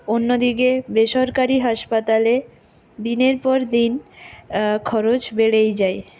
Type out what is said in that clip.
অন্য দিকে বেসরকারি হাসপাতালে দিনের পর দিন খরচ বেড়েই যায়